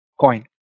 coin